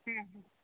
हम्म